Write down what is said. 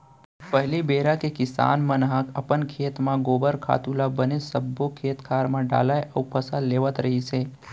पहिली बेरा के किसान मन ह अपन खेत म गोबर खातू ल बने सब्बो खेत खार म डालय अउ फसल लेवत रिहिस हे